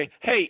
hey